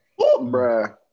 Bruh